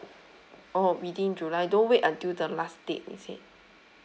oh within july don't wait until the last date is it